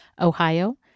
Ohio